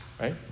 right